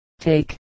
take